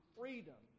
freedom